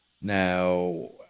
Now